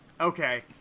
Okay